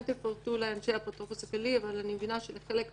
אתם תפרטו לאנשי האפוטרופוס הכללי אבל אני מבינה שבחלק מהדברים,